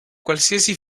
qualsiasi